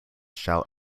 shall